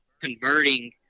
converting